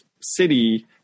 City